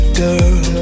girl